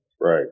Right